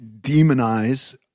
demonize